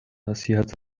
نصیحت